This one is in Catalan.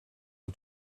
els